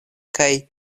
kaj